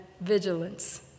vigilance